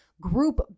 group